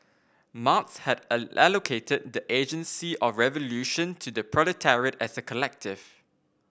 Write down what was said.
Marx had allocated the agency of revolution to the proletariat as a collective